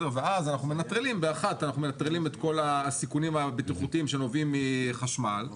ואז באחת אנחנו מנטרלים את כל הסיכונים הבטיחותיים שנובעים מחשמל.